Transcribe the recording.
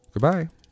Goodbye